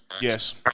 Yes